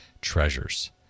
treasures